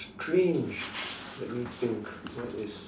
strange ah let me think what is